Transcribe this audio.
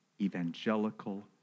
evangelical